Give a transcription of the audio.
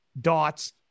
dots